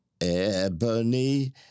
Ebony